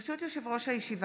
ברשות יושב-ראש הישיבה,